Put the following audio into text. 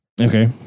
okay